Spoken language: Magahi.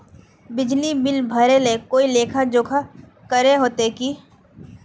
बिजली बिल भरे ले कोई लेखा जोखा करे होते की?